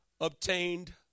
obtained